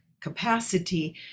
capacity